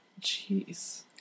Jeez